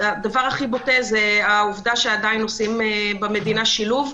הדבר הכי בוטה הוא העובדה שעדיין עושים במדינה שילוב,